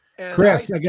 Chris